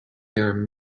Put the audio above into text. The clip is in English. there